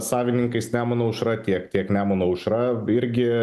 savininkais nemuno aušra tiek tiek nemuno aušra irgi